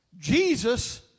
Jesus